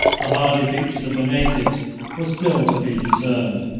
the hardy features of the natives were still to be discerned.